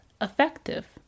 effective